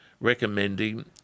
recommending